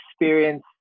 experience